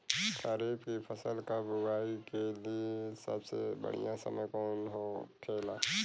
खरीफ की फसल कब उगाई के लिए सबसे बढ़ियां समय कौन हो खेला?